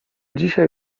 dzisiaj